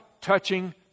touching